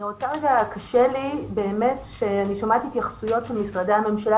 קשה לי שאני שומעת התייחסויות של משרדי הממשלה,